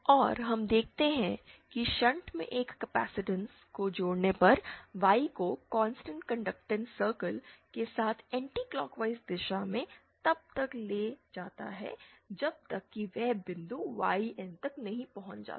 और हम देखते हैं कि शंट में एक कपैसिटेंस को जोड़ने पर Y को कांस्टेंट कंडक्टेंस सर्कल के साथ एंटीक्लोकवाइज दिशा में तब तक ले जाता है जब तक कि वह बिंदु YN तक नहीं पहुंच जाता